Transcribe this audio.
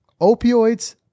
opioids